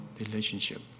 relationship